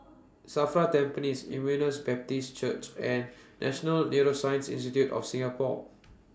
SAFRA Tampines Emmaus Baptist Church and National Neuroscience Institute of Singapore